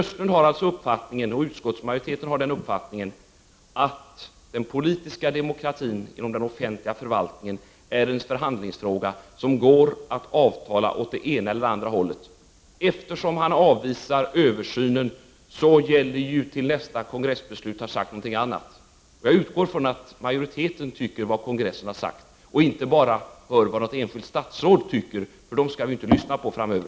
Sten Östlund och utskottsmajoriteten har alltså den uppfattningen att den politiska demokratin inom den offentliga förvaltningen är en förhandlingsfråga, om vilken man kan avtala åt det ena eller andra hållet. Eftersom han avvisar tanken på en översyn gäller detta tills nästa kongress har beslutat någonting annat. Jag utgår från att majoriteten tycker som kongressen har sagt och inte bara hör på vad något enskilt statsråd har sagt, för dem skall vi ju inte lyssna på fram Over.